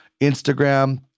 Instagram